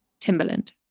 Timberland